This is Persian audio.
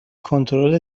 کنترل